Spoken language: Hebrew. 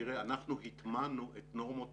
אנחנו הטמענו את נורמות